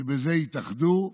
שבו התאחדו.